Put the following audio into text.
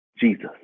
Jesus